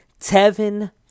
Tevin